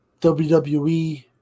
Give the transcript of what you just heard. WWE